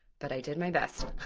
but i did my best.